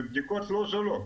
ובדיקות לא זולות,